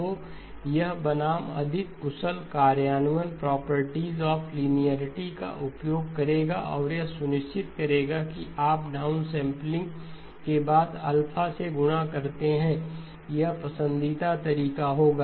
तो यह बनाम अधिक कुशल कार्यान्वयन प्रॉपर्टीज ऑफ लिनियेरिटी का उपयोग करेगा और यह सुनिश्चित करेगा कि आप डाउनसैंपलिंग के बाद अल्फा से गुणक करते हैं यह पसंदीदा तरीका होगा